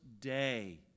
day